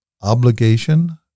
obligation